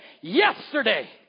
yesterday